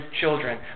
children